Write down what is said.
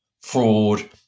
fraud